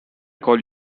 call